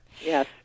Yes